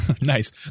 Nice